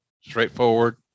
straightforward